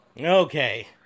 okay